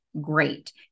great